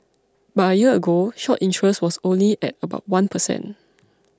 but a year ago short interest was only at about one per cent